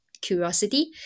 curiosity